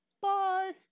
Bye